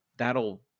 that'll